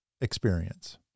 experience